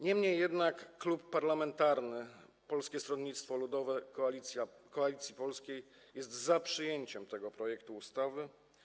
Niemniej jednak Klub Parlamentarny Polskie Stronnictwo Ludowe - Koalicja Polska jest za przyjęciem tego projektu ustawy.